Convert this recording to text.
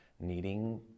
needing